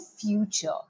future